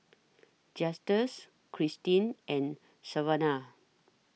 Justus Kristin and Savana